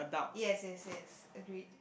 yes yes yes agreed